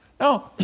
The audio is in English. No